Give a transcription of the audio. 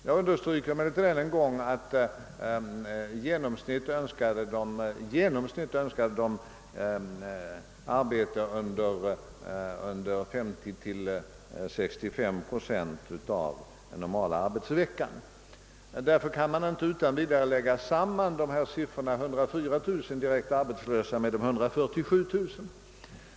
Jag understryker emellertid ännu en gång att de i genomsnitt önskade arbete under 50—65 procent av en normal arbetsvecka. Därför kan man inte utan vidare lägga samman siffran 104000 direkt arbetslösa med de 147 000.